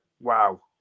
wow